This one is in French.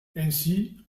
ainsi